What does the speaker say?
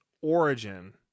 origin